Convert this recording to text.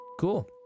Cool